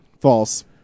False